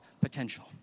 potential